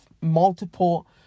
multiple